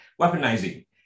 weaponizing